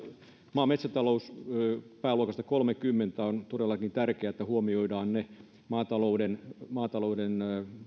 maa ja metsätalouspääluokassa kolmekymmentä on todellakin tärkeää että huomioidaan ne maatalouden maatalouden